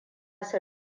su